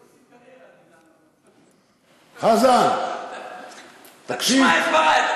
הם עושים קריירה, חזן, תקשיב, אתה תשמע את דברי.